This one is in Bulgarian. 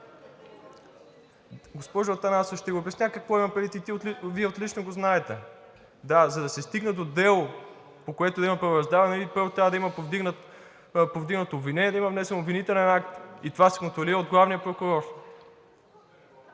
Госпожо Атанасова, ще Ви обясня какво имам предвид и Вие отлично го знаете. Да, за да се стигне до дело, по което да има правораздаване, нали първо трябва да има повдигнато обвинение, да има внесен обвинителен акт и това се контролира от главния прокурор?